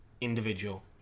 individual